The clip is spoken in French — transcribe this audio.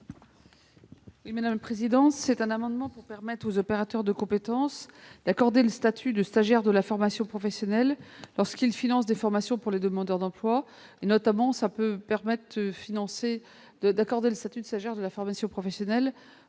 à Mme la ministre. Cet amendement vise à permettre aux opérateurs de compétences d'accorder le statut de stagiaire de la formation professionnelle lorsqu'ils financent des formations pour les demandeurs d'emploi. Les opérateurs de compétences pourront ainsi accorder le statut de stagiaire de la formation professionnelle